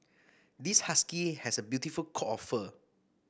this husky has a beautiful coat of fur